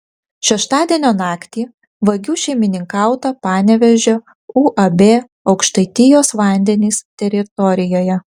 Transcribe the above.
šeštadienio naktį vagių šeimininkauta panevėžio uab aukštaitijos vandenys teritorijoje